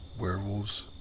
Werewolves